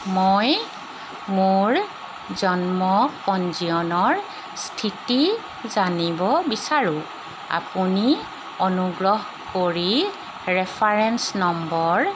মই মোৰ জন্ম পঞ্জীয়নৰ স্থিতি জানিব বিচাৰোঁ আপুনি অনুগ্ৰহ কৰি ৰেফাৰেন্স নম্বৰ